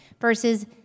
versus